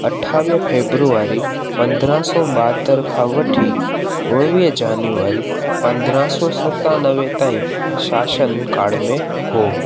अठावीह फेबरुररी पंद्रहं सौ ॿहतरि खां वठी उणिवीह जेनुवरी पंद्रहं सौ सतानवे ताईं शासनकार में हो